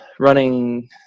Running